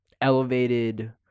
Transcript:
elevated